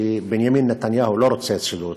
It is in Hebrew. כי בנימין נתניהו לא רוצה שידור ציבורי.